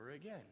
again